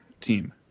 team